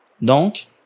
Donc